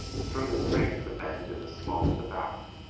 throw the strain of the bend in the small of the back.